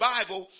Bible